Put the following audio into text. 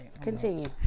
Continue